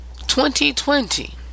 2020